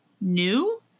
new